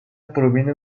proviene